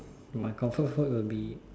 my comfort food will be